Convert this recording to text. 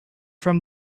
from